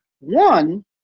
One